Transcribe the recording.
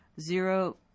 zero